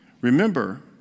remember